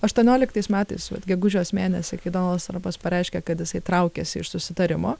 aštuonioliktais metais gegužės mėnesį kai donaldas trampas pareiškė kad jisai traukiasi iš susitarimo